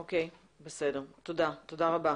אוקיי, בסדר, תודה רבה.